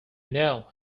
know